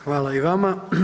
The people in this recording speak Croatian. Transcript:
Hvala i vama.